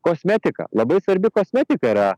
kosmetika labai svarbi kosmetika yra